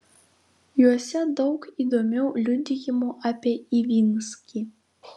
juose daug įdomių liudijimų apie ivinskį